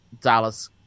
Dallas